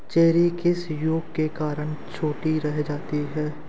Cherry किस रोग के कारण छोटी रह जाती है?